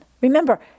Remember